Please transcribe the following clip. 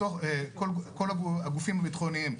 בתוך כל הגופים הביטחוניים,